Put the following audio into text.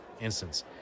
instance